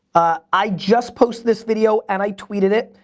i just posted this video and i tweeted it.